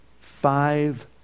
five